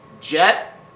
Jet